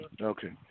okay